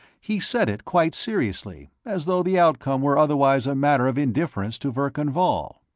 he said it quite seriously, as though the outcome were otherwise a matter of indifference to verkan vall.